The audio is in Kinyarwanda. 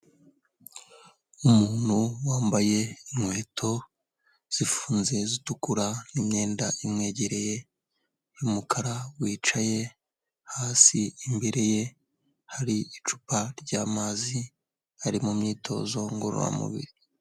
Umuntu wambaye inkweto zifunze zitukura n'imyenda imwegereye y'umukara, wicaye hasi imbere ye hari icupa ry'amazi ari mu myitozo ngororamubiri.